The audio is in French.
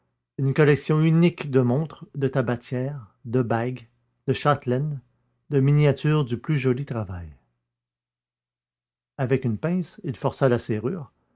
une collection unique de montres de tabatières de bagues de châtelaines de miniatures du plus joli travail avec une pince il força la serrure